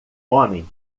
homem